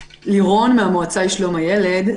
לירון, מהמועצה לשלום הילד.